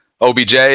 OBJ